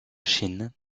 chine